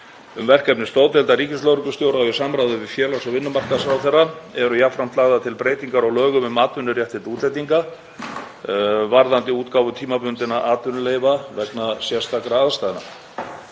um verkefni stoðdeildar ríkislögreglustjóra og í samráði við félags- og vinnumarkaðsráðherra eru jafnframt lagðar til breytingar á lögum um atvinnuréttindi útlendinga varðandi útgáfu tímabundinna atvinnuleyfa vegna sérstakra ástæðna.